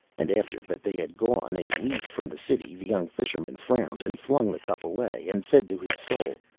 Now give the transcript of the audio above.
and after that they had gone a league from the city, the young fisherman frowned, and flung the cup away, and said to his soul,